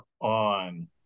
on